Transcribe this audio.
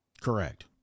Correct